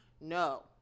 No